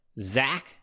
Zach